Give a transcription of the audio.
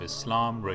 Islam